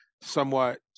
Somewhat